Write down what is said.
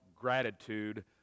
gratitude